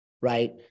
right